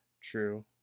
True